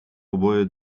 oboje